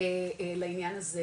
לעניין הזה,